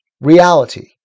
reality